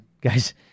guys